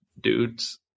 dudes